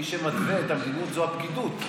מי שמתווה את המדיניות זו הפקידות,